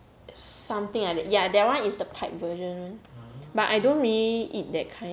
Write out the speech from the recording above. something like that ya that [one] is the pipe version but I don't really eat that kind